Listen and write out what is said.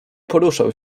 poruszał